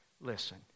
listen